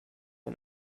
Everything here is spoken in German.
ein